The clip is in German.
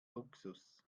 luxus